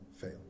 fail